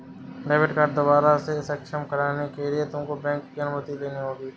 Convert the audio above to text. debit card दोबारा से सक्षम कराने के लिए तुमको बैंक की अनुमति लेनी होगी